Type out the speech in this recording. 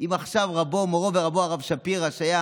עכשיו מורו ורבו הרב שפירא, שהיה